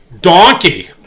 donkey